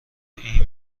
این